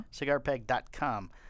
CigarPeg.com